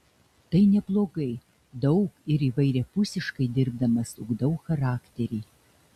tai neblogai daug ir įvairiapusiškai dirbdamas ugdau charakterį